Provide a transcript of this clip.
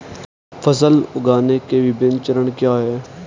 फसल उगाने के विभिन्न चरण क्या हैं?